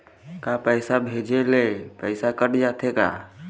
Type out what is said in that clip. का पैसा भेजे ले पैसा कट जाथे का?